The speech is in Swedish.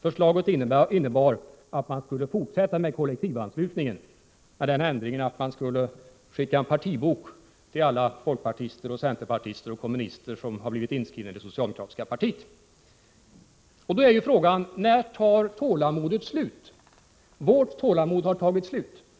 Förslaget innebar att man skulle fortsätta med kollektivanslutningen, med den ändringen att man skulle skicka partibok till alla folkpartister och centerpartister och kommunister som har blivit inskrivna i det socialdemokratiska partiet. Då är frågan: När tar tålamodet slut? Vårt tålamod har tagit slut.